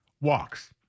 walks